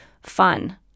fun